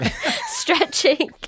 stretching